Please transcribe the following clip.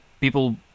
people